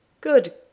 Good